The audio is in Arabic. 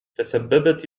تسببت